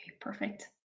perfect